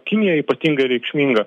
kinija ypatingai reikšminga